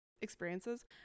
experiences